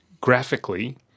graphically